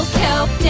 kelp